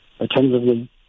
attentively